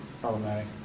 problematic